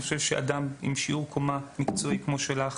אני חושב שאדם עם שיעור קומה מקצועי כמו שלך,